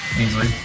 Easily